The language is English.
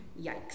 Yikes